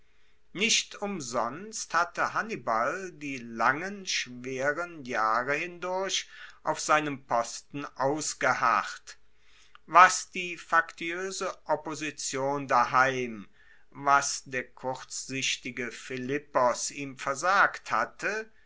nicht umsonst hatte hannibal die langen schweren jahre hindurch auf seinem posten ausgeharrt was die faktioese opposition daheim was der kurzsichtige philippos ihm versagt hatte